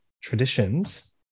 traditions